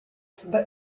the